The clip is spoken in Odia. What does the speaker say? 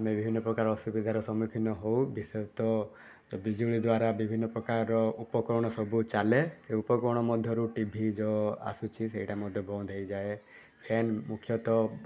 ଆମେ ବିଭିନ୍ନ ପ୍ରକାର ଅସୁବିଧା ସମ୍ମୁଖୀନ ହେଉ ବିଶେଷତଃ ବିଜୁଳି ଦ୍ୱାରା ବିଭିନ୍ନ ପ୍ରକାର ଉପକରଣ ସବୁ ଚାଲେ ସେହି ଉପକରଣ ମଧ୍ୟରୁ ଟି ଭି ଯେଉଁ ଆସୁଛି ସେଇଟା ମଧ୍ୟ ବନ୍ଦ ହୋଇଯାଏ ଫ୍ୟାନ୍ ମୁଖ୍ୟତଃ